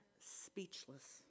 speechless